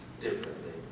differently